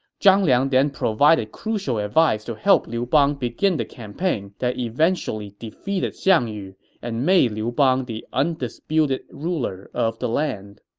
zhang liang then provided crucial advice to help liu bang begin the campaign that eventually defeated xiang yu and made liu bang the undisputed ruler of the land.